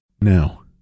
now